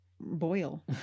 Boil